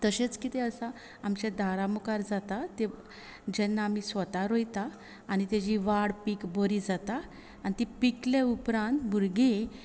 तशेंच कितें आसा आमच्या दारां मुखार जाता ते जेन्ना आमी स्वता रोयता आनी ताजी वाड पिक बरी जाता आनी ती पिकले उपरांत भुरगीं